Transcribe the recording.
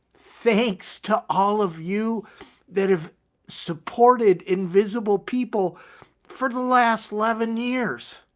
thanks to all of you that have supported invisible people for the last eleven years.